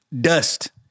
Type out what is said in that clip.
dust